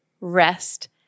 rest